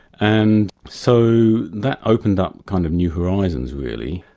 and so that opened up kind of new horizons really.